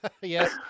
Yes